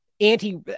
anti